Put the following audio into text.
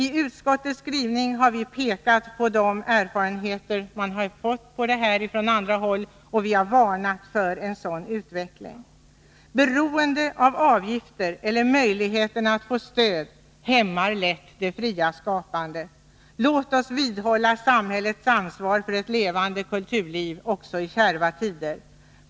I utskottets skrivning har vi pekat på de erfarenheter man har fått på andra håll, och vi har varnat för en sådan utveckling. Beroende av avgifter eller möjligheten att få stöd hämmar lätt det fria skapandet. Låt oss vidhålla samhällets ansvar för ett levande kulturliv också i kärva tider.